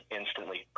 instantly